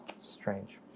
strange